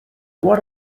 what